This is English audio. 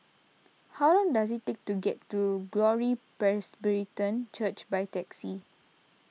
how long does it take to get to Glory Presbyterian Church by taxi